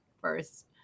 first